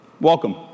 Welcome